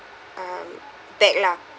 um back lah